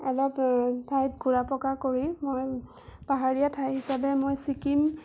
অলপ ঠাইত ঘুৰা পকা কৰি মই পাহাৰীয়া ঠাই হিচাপে মই ছিকিম